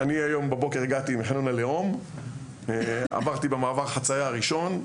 אני היום בבוקר הגעתי --- עברתי במעבר חצייה הראשון,